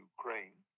Ukraine